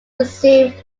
received